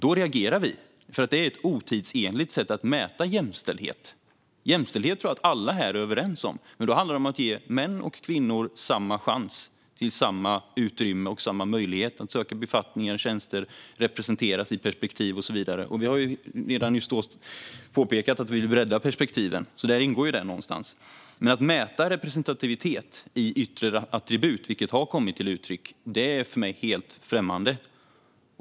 Det är nämligen ett otidsenligt sätt att mäta jämställdhet. Parallellt med detta finns då utnämningsmakten som regeringen har. Jag tror att alla här är överens om jämställdhet. Men det handlar om att ge män och kvinnor samma chans, samma utrymme och samma möjlighet att söka befattningar och tjänster, representera sitt perspektiv och så vidare. Vi har redan påpekat att vi vill bredda perspektiven - där ingår det. Men att mäta representativitet i yttre attribut, vilket har kommit till uttryck, är för mig helt främmande.